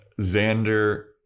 Xander